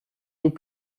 nous